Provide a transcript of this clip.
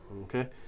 Okay